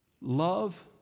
Love